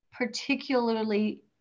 particularly